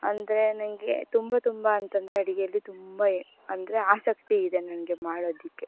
ಅಂದರೆ ನನಗೆ ತುಂಬ ತುಂಬ ಅಂತಂದರೆ ಅಡುಗೆಯಲ್ಲಿ ತುಂಬ ಅಂದರೆ ಆಸಕ್ತಿ ಇದೆ ನನಗೆ ಮಾಡೋದಕ್ಕೆ